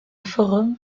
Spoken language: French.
forum